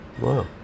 Wow